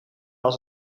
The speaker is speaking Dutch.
als